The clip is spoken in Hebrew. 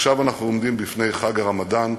עכשיו אנחנו עומדים בפני חג הרמדאן,